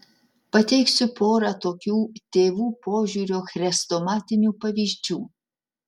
pateiksiu porą tokių tėvų požiūrio chrestomatinių pavyzdžių